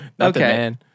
Okay